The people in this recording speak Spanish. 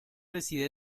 reside